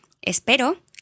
Espero